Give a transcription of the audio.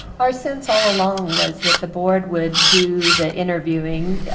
our sense all along was that the board would do the interviewing,